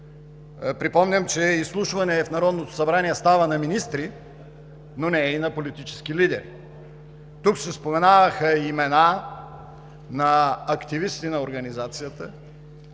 Припомням, че изслушване в Народното събрание става на министри, но не и на политически лидери. Тук се споменаваха имена на активисти на организацията,